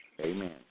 Amen